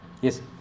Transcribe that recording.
yes